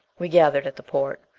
we gathered at the port.